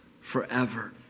forever